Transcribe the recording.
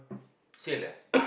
sia lah